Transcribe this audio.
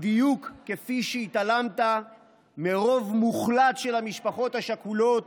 בדיוק כפי שהתעלמת מרוב מוחלט של המשפחות השכולות,